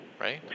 right